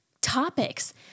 topics